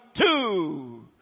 two